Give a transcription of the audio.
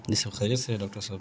جی سب خیریت سے ہے ڈاکٹر صاحب